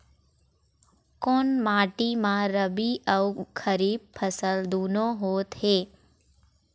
कोन माटी म रबी अऊ खरीफ फसल दूनों होत हे?